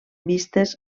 vistes